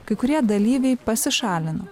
kai kurie dalyviai pasišalino